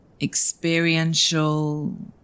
experiential